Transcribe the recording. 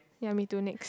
ya me too next